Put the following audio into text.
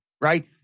right